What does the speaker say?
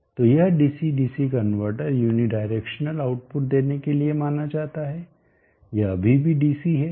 तो यह DC DC converter unidirectional unidirectional एक दिशा में आउटपुट देने के लिए माना जाता है यह अभी भी डीसी है